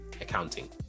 accounting